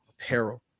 apparel